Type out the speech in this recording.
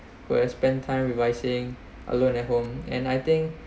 will spend time revising alone at home and I think